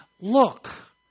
look